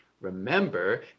remember